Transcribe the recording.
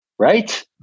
Right